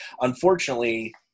unfortunately